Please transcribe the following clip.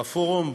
בפורום,